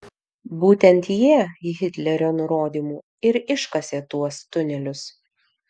būtent jie hitlerio nurodymu ir iškasė tuos tunelius